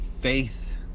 faith